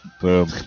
Boom